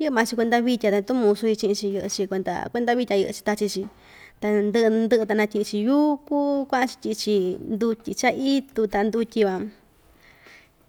yɨ'ɨ maa‑chi kuenda vitya ta tu musu yɨ'ɨ chi'in‑chi yɨ'ɨ‑chi kuenda kuenda vitya yɨ'ɨ‑chi tachi‑chi ta ndɨ'ɨ ndɨ'ɨ ta natyi'i‑chi yúku kua'an‑chi tyi'i‑chi ndutyi cha'a itu ta ndutyi van